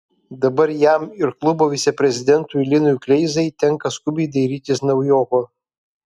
dabar jam ir klubo viceprezidentui linui kleizai tenka skubiai dairytis naujoko